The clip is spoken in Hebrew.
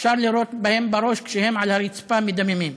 אפשר לירות בהם בראש כשהם על הרצפה, מדממים,